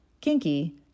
Kinky